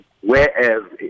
Whereas